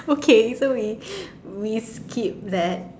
okay so we we skip that